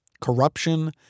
Corruption